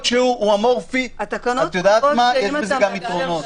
את יודעת מה, יש בזה גם יתרונות.